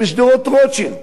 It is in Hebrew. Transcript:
בשדרות-רוטשילד,